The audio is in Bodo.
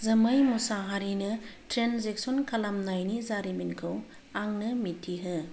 जोमै मुसाहारिनो ट्रेन्जेकसन खालामनायनि जारिमिनखौ आंनो मिथिहो